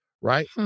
right